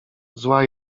zła